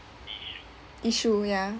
issue ya